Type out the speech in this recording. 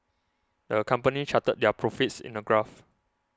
the company charted their profits in a graph